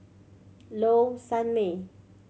Low Sanmay